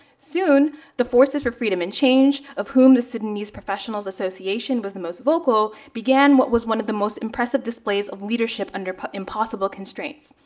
soon the forces for freedom and change, of whom the sudanese professionals association was the most vocal, began what was one of the most impressive displays of leadership under impossible constraints.